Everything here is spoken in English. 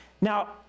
Now